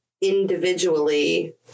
individually